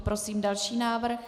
Prosím další návrh.